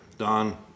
Don